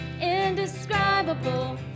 indescribable